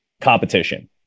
competition